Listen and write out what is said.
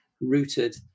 rooted